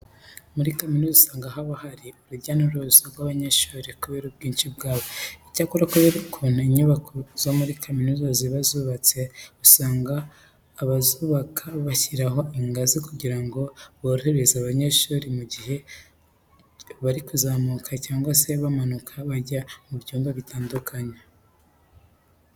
Muri kaminuza usanga haba hari urujya n'uruza rw'abanyeshuri kubera ubwinshi bwabo. Icyakora kubera ukuntu inyubako zo muri kaminuza ziba zubatse usanga abazubaka bashyiraho ingazi kugira ngo zorohereze abanyeshuri mu gihe bari kuzamuka cyangwa se bamanuka bajya mu byumba bitandukanye.